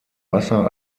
wasser